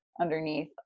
underneath